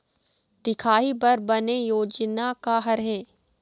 दिखाही बर बने योजना का हर हे?